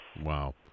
Wow